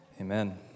Amen